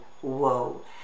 whoa